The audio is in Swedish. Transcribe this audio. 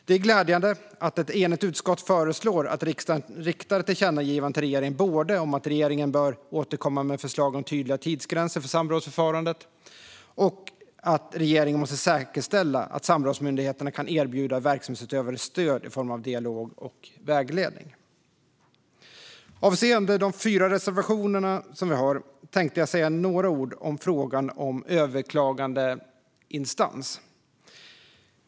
Det är glädjande att ett enigt utskott föreslår att riksdagen riktar tillkännagivanden till regeringen både om att regeringen bör återkomma med förslag om tydliga tidsgränser för samrådsförfarandet och om att regeringen måste säkerställa att samrådsmyndigheterna kan erbjuda verksamhetsutövare stöd i form av dialog och vägledning. Avseende de fyra reservationerna som vi har tänkte jag säga några ord om frågan om överklagandeinstans.